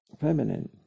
feminine